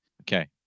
Okay